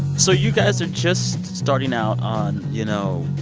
so you guys are just starting out on, you know,